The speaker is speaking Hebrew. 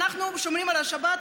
אנחנו שומרים על השבת,